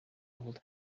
old